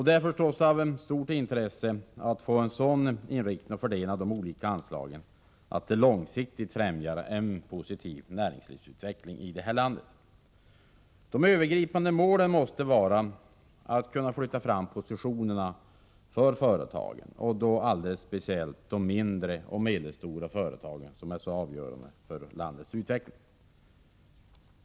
Det är förstås av stort intresse att få en sådan inriktning och fördelning av de olika anslagen, att det långsiktigt främjar en positiv näringslivsutveckling i landet. De övergripande målen måste vara att kunna flytta fram positionerna för företagen, och då alldeles speciellt för de mindre och medelstora företagen, som är så avgörande för landets utveckling.